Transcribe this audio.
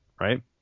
Right